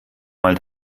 mal